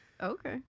Okay